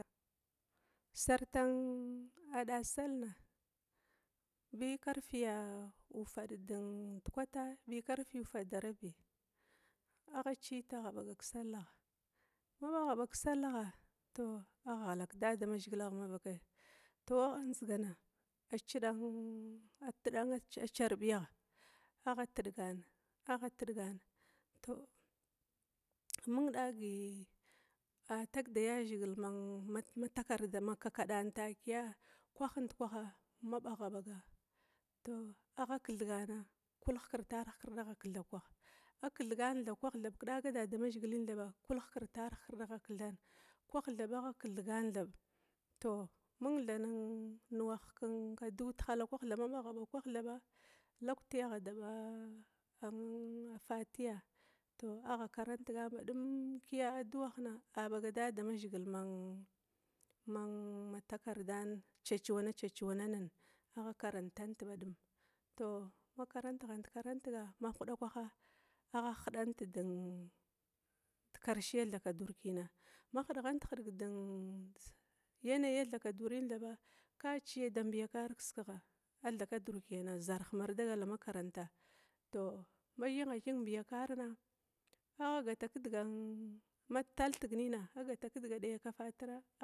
Sartan adasallana, bi karfiya ufad da kwata, bi karfi ufad dirabi, agha iyit agha baga kesakagha, ma bagha bag kesallagha tou agha ghala kedadamazhigilagh mavakai, tou adzigana agha tida carbiyagha, agha tidgana, agha-didgan, tou mung dagi a tag da yazhigil ma takardana takia kwah ndikwaha mabagha baga agha kithgana kul-ihkir-tar ihkir, agha kithgana thab kwah kedaga damazhigilin thaba kul-ihkir tar ihkird. Kwah thaba agha kithgan thab niwah kadu tihalakwa ma baghgha baga, laukti agha da ba fatiya, tou agha karantiga badum kiya aduwahna abaga dadamazhigilna ma man takindana cacuwa-cacuwana agha karantan baduma to ma karantighant karantiga, agha ghidant dekarshe thakadura kena, ma hidighant hidiga de yanayi tha kadura thaba ka da ciya da mbiya kara kiskigha alhakadura kina zarh mar dagala dama makaranta tou ma thingha thinng mbiya karna, agha gata kidigan ma taltig nina, agha gata kidga zakafartra